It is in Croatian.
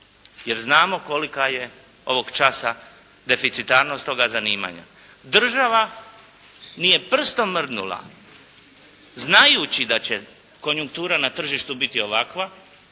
jer znamo kolika je ovog časa deficitarnost toga zanimanja. Država nije prstom mrdnula znajući da će konjuktura na tržištu biti ovakva,